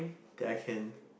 that I can